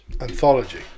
Anthology